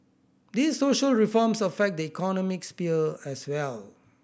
these social reforms affect the economic sphere as well